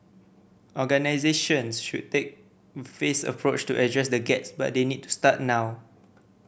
organisations should take phased approach to address the gets but they need to start now